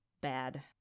bad